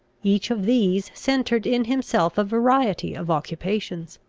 each of these centred in himself a variety of occupations.